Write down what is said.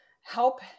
help